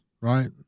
right